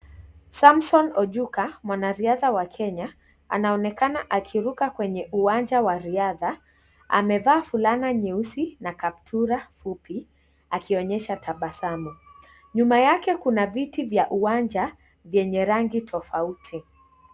Samson Ojuka mwanariadha wa Kenya anaonekana akiruka kwenye uwanja wa wa riadha .Amevaa fulana nyeusi na kaptura fupi akionyesha tabasamu. Nyuma yake kuna viti vya uwanja vyenye rangi tofauti.